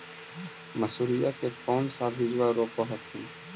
मसुरिया के कौन सा बिजबा रोप हखिन?